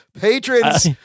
patrons